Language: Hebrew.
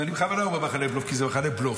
ואני בכוונה אומר "מחנה בלוף" כי זה מחנה בלוף,